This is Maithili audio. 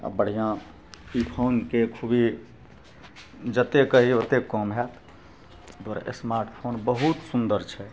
आओर बढ़िआँ ई फोनके खुबी जते कही ओते कम होयत आओर स्मार्ट फोन बहुत सुन्दर छै